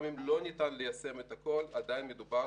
כך שגם אם לא ניתן ליישם את הכול עדיין מדובר